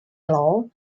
law